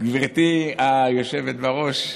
גברתי היושבת-ראש,